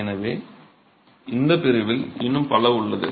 எனவே இந்த பிரிவில் இன்னும் பல உள்ளது